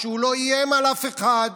שהוא לא איים על אף אחד,